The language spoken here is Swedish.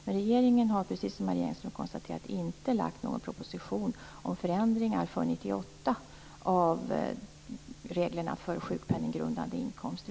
Men regeringen har, precis som Marie Engström konstaterar, inte lagt fram någon proposition om förändringar för 1998 av reglerna för sjukpenninggrundande inkomst.